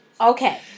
Okay